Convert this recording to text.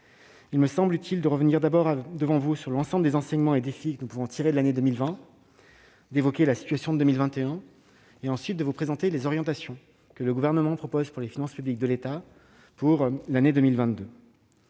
Il me semble utile de revenir tout d'abord devant vous sur l'ensemble des enseignements et défis que nous pouvons tirer de l'année 2020, puis d'évoquer la situation de 2021, et, enfin, de vous présenter les orientations que le Gouvernement propose pour les finances publiques de l'État pour l'année 2022.